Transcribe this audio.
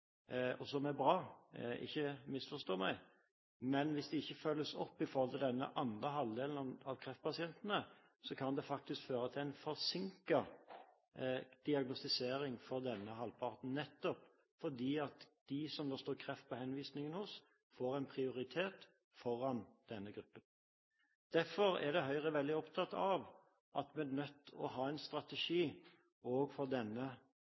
og som er bra, ikke misforstå meg – hvis man ikke følger opp den andre halvdelen av kreftpasientene, faktisk kan føre til en forsinket diagnostisering for denne halvdelen, nettopp fordi der det står mistanke om kreft på henvisningen, får en prioritet foran denne gruppen. Derfor er Høyre veldig opptatt av at vi er nødt til å ha en strategi også for